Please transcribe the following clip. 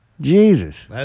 Jesus